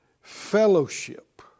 Fellowship